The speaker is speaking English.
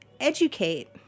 educate